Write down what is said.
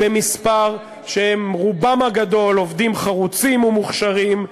שהם ברובם הגדול עובדים חרוצים ומוכשרים,